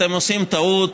אתם עושים טעות.